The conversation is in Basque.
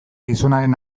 gizonaren